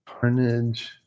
Carnage